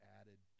added